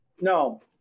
No